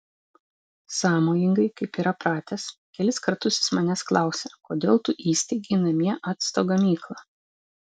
sąmojingai kaip yra pratęs kelis kartus jis manęs klausė kodėl tu įsteigei namie acto gamyklą